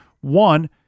one